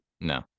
No